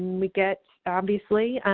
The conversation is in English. we get obviously